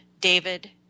david